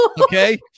Okay